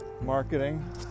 marketing